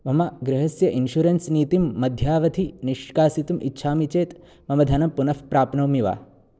मम गृहस्य इन्शुरन्स् नीतिं मध्यावधिं निष्कासयितुम् इच्छामि चेत् मम धनं पुनः प्राप्नोमि वा